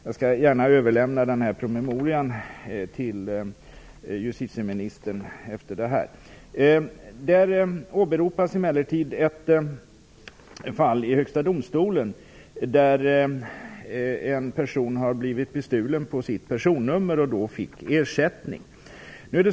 Jag skall gärna överlämna promemorian till justitieministern efter debatten. I promemorian åberopas ett fall i Högsta domstolen där en person som blivit bestulen på sitt personnummer fick ersättning.